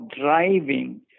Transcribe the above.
driving